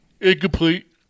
Incomplete